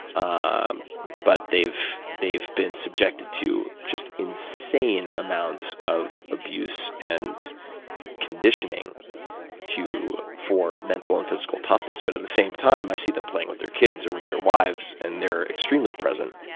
ah but they've they've been subjected to just insane amounts of abuse and conditioning for mental and physical toughness, but at the same time, i see them playing with their kids or with their wives and they're extremely present.